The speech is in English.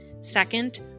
Second